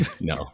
No